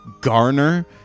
garner